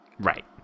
Right